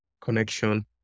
connection